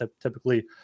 typically